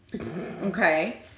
okay